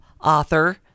author